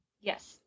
Yes